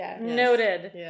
Noted